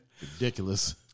ridiculous